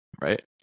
right